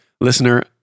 listener